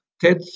Ted